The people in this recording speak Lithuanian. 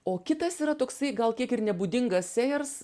o kitas yra toksai gal kiek ir nebūdingas sėjers